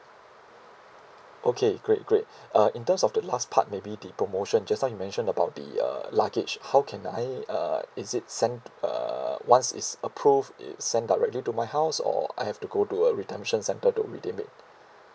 okay great great uh in terms of the last part maybe the promotion just now you mention about the uh luggage how can I uh is it sent uh once is approved it sent directly to my house or I have to go to a redemption centre to redeem it